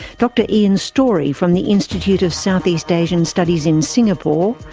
dr ian storey from the institute of southeast asian studies in singapore,